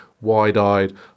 wide-eyed